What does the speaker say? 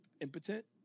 impotent